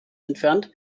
entfernt